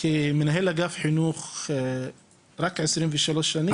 כי מנהל אגף חינוך רק 23 שנים.